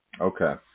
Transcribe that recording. okay